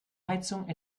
heizung